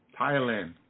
Thailand